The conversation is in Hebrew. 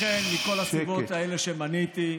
לכן, מכל הסיבות האלה שמניתי,